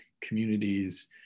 communities